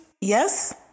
Yes